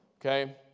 Okay